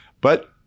but-